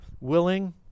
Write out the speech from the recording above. willing